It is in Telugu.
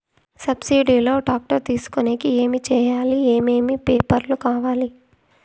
సబ్సిడి లో టాక్టర్ తీసుకొనేకి ఏమి చేయాలి? ఏమేమి పేపర్లు కావాలి?